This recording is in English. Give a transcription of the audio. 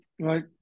right